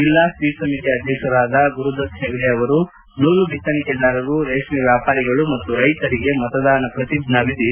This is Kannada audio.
ಜಿಲ್ಲಾ ಸ್ವೀಪ್ ಸಮಿತಿ ಅಧ್ಯಕ್ಷರಾದ ಗುರುದತ್ಹೆಗಡೆ ಅವರು ನೂಲು ಬಿಚ್ವಣಿಕೆದಾರರು ರೇಷ್ಮೆ ವ್ಯಾಪಾರಿಗಳು ಮತ್ತು ರೈತರಿಗೆ ಮತದಾನ ಪ್ರತಿಜ್ಞಾ ವಿಧಿ ಬೋಧಿಸಿದರು